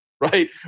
right